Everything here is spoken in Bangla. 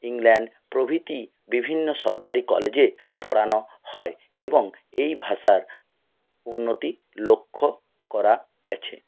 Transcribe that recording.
ইংল্যান্ড প্রভৃতি বিভিন্ন সরকারি কলেজে পড়ানো হয় এবং এই ভাষার উন্নতি লক্ষ্য করা গেছে